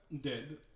Dead